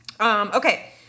Okay